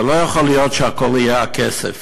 לא יכול להיות שהכול יהיה רק כסף.